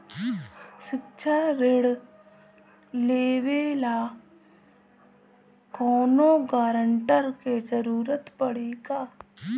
शिक्षा ऋण लेवेला कौनों गारंटर के जरुरत पड़ी का?